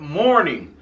morning